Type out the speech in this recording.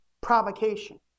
provocation